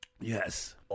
yes